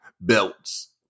belts